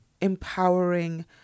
empowering